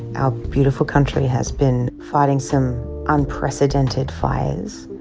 our beautiful country has been fighting some unprecedented fires.